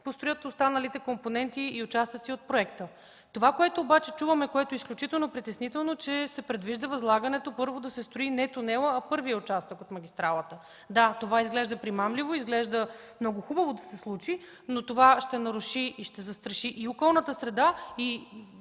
построят останалите компоненти и участъци от проекта. Чуваме обаче, което е изключително притеснително, че се предвижда първо да се строи не тунелът, а първият участък от магистралата. Да, това изглежда примамливо и много хубаво да се случи, но то ще наруши и ще застраши и околната среда, и